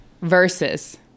Versus